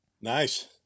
Nice